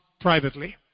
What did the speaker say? privately